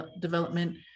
development